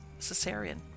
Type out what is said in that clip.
cesarean